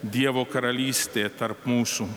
dievo karalystė tarp mūsų